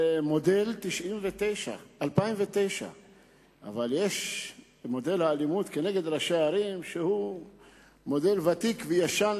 זה מודל 2009. אבל יש מודל האלימות כנגד ראשי ערים שהוא מודל ותיק וישן,